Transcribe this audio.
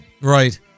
right